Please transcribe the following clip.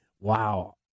wow